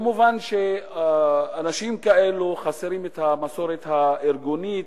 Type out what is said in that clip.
מובן שאנשים כאלו חסרים את המסורת הארגונית,